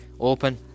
Open